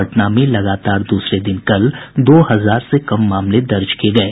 पटना में लगातार दूसरे दिन कल दो हजार से कम मामले दर्ज किये गये